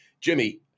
Jimmy –